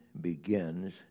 begins